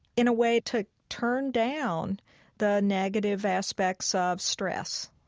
in a way to turn down the negative aspects of stress.